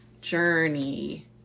journey